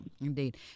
indeed